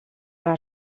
les